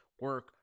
Work